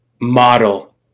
model